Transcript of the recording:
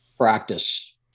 Practice